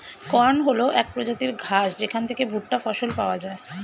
corn হল এক প্রজাতির ঘাস যেখান থেকে ভুট্টা ফসল পাওয়া যায়